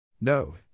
No